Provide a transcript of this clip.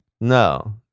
no